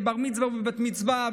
בבר מצווה או בבת מצווה,